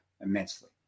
immensely